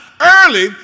Early